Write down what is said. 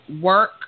work